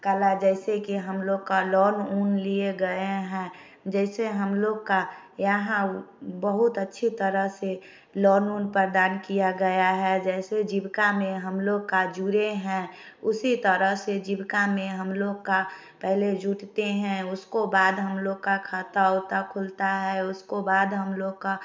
कला जैसे कि हम लोग का लोन ऊन लिए गएँ हैं जैसे हम लोग का यहाँ बहुत अच्छी तरह से लोन वोंन प्रदान किया गया है जैसे जिविका में हम लोग का जुड़े हैं उसी तरह से जीविका में हम लोग का पहले जुटते हैं उसको बाद हम लोग का खाता उता खुलता है उसको बाद हम लोग का